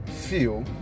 feel